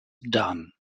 dunn